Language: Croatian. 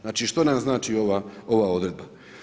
Znači što nam znači ova odredba.